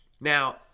now